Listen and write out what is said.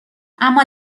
اما